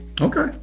okay